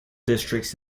districts